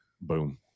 Boom